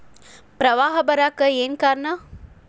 ಪ್ರವಾಹ ಬರಾಕ್ ಏನ್ ಕಾರಣ?